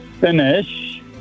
finish